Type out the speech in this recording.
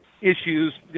issues